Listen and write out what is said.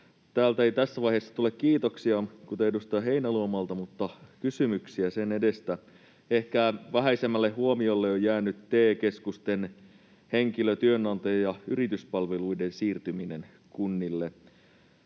Täältä ei tässä vaiheessa tule kiitoksia, kuten edustaja Heinäluomalta, mutta kysymyksiä senkin edestä. Ehkä vähäisemmälle huomiolle on jäänyt TE-keskusten henkilö-, työnantaja- ja yrityspalveluiden siirtyminen kunnille.